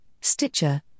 Stitcher